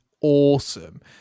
awesome